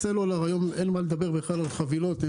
בסלולר היום אין מה לדבר בכלל על חבילות.